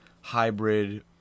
hybrid